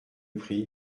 prix